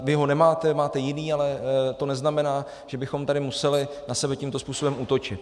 Vy ho nemáte, máte jiný, ale to neznamená, že bychom tady museli na sebe tímto způsobem útočit.